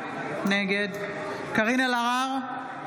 נגד קארין אלהרר,